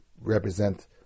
represent